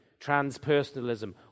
transpersonalism